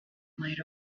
might